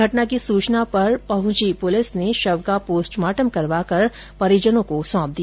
घटना की सूचना पर पहुंची पुलिस ने शव का पोस्टमार्टम करवाकर परिजनों को सौंप दिया